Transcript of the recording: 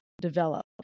develop